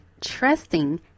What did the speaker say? trusting